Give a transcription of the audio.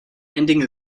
ending